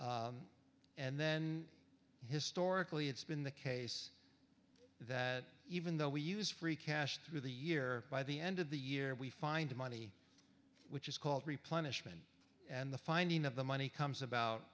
and then historically it's been the case that even though we use free cash through the year by the end of the year we find money which is called replenish mn and the finding of the money comes about